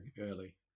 early